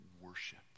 worship